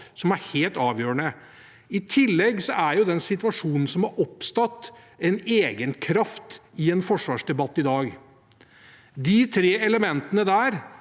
som er helt avgjørende. I tillegg er den situasjonen som har oppstått, en egen kraft i en forsvarsdebatt i dag. De tre elementene vil